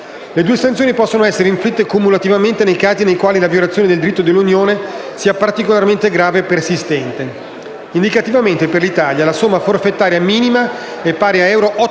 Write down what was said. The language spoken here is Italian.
Le due sanzioni possono essere inflitte cumulativamente nei casi nei quali la violazione del diritto dell'Unione sia particolarmente grave e persistente. Indicativamente, per l'Italia la somma forfettaria minima è pari a euro